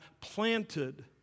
planted